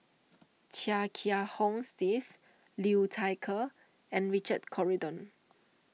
Chia Kiah Hong Steve Liu Thai Ker and Richard Corridon